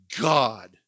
God